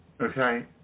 okay